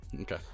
Okay